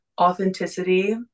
Authenticity